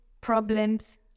problems